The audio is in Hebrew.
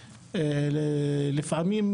לפעמים,